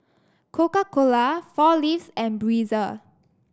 Coca Cola Four Leaves and Breezer